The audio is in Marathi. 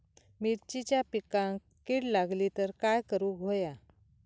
मिरचीच्या पिकांक कीड लागली तर काय करुक होया?